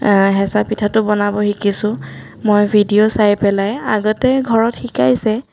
হেঁচা পিঠাটো বনাব শিকিছোঁ মই ভিডিঅ' চাই পেলাই আগতে ঘৰত শিকাইছে